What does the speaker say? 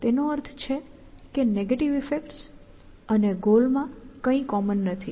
તેનો અર્થ છે કે નેગેટિવ ઈફેક્ટ્સ અને ગોલ માં કંઈ કોમન નથી